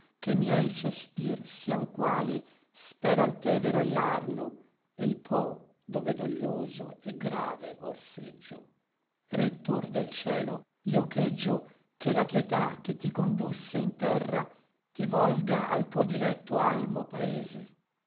che miei sospir sian quali spera l tevero et l'arno e l po dove doglioso et grave or seggio rettor del cielo io cheggio che la pietà che ti condusse in terra ti volga al tuo dilecto almo paese